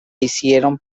hicieron